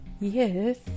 yes